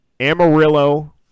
Amarillo